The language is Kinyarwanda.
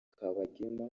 kabagema